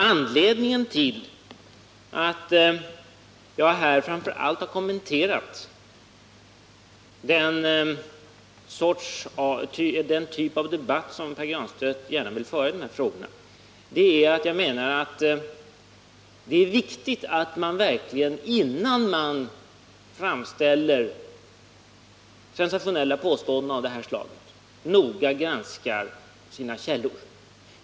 Anledningen till att jag framför allt har kommenterat den typ av debatt som Pär Granstedt gärna vill föra i de här frågorna är att jag menar att det är viktigt att innan man framför sensationella påståenden av det här slaget verkligen noga granska sina källor.